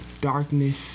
darkness